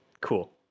Cool